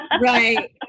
Right